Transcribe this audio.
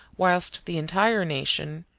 whilst the entire nation,